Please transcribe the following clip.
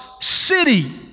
city